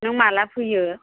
नों माब्ला फैयो